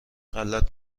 غلط